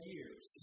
Years